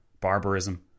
Barbarism